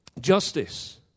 justice